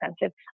expensive